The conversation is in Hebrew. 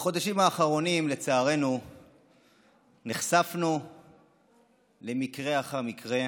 בחודשים האחרונים לצערנו נחשפנו למקרה אחר מקרה